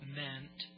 meant